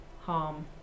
harm